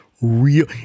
real –